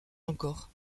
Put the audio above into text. encore